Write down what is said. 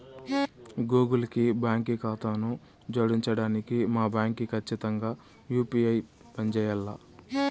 Google కి బాంకీ కాతాను జోడించడానికి మా బాంకీ కచ్చితంగా యూ.పీ.ఐ పంజేయాల్ల